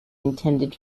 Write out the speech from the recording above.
intended